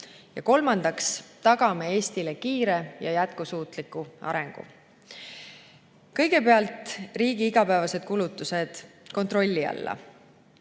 Ja kolmandaks, tagame Eestile kiire ja jätkusuutliku arengu. Kõigepealt: võtame riigi igapäevased kulutused kontrolli alla.